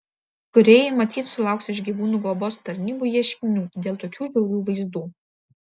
kūrėjai matyt sulauks iš gyvūnų globos tarnybų ieškinių dėl tokių žiaurių vaizdų